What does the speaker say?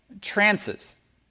Trances